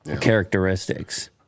characteristics